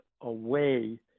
away